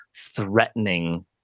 threatening